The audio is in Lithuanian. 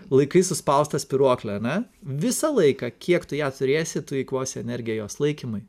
laikai suspaustą spyruoklę ane visą laiką kiek tu ją turėsi tu eikvosi energiją jos laikymui